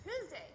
Tuesday